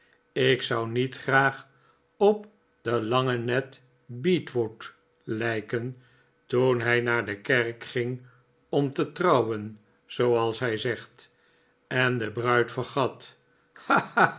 ik zou niet graag op den langen ned beadwood lijken toen hij naar de kerk ging om te trouwen zooals hij zegt en de bruid vergat